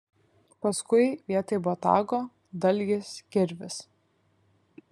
paskui vietoj botago dalgis kirvis